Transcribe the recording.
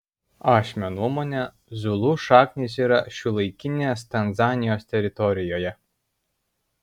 ašmio nuomone zulų šaknys yra šiuolaikinės tanzanijos teritorijoje